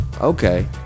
okay